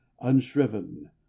unshriven